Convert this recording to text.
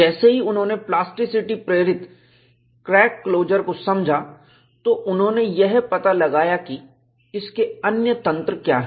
जैसे ही उन्होंने प्लास्टिसिटी प्रेरित क्रैक क्लोजर को समझा तो उन्होंने यह पता लगाया कि इसके अन्य तंत्र क्या हैं